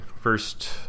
first